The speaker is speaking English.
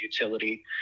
utility